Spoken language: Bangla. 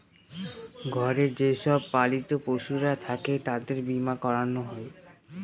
ঘরে যে সব পালিত পশুরা থাকে তাদের বীমা করানো হয়